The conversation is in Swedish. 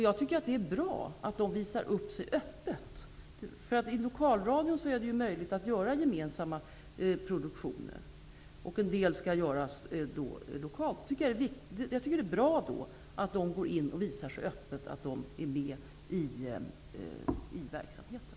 Jag tycker att det är bra att de visar upp sig öppet. I lokalradion är det möjligt att göra gemensamma produktioner, och en del skall göras lokalt. Jag tycker att det är bra att man så öppet visar att man är med i verksamheten.